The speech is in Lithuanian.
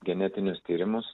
genetinius tyrimus